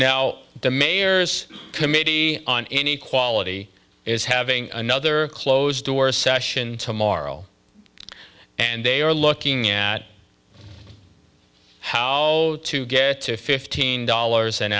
now the mayor's committee on any quality is having another closed door session tomorrow and they are looking at how to get to fifteen dollars an